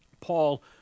paul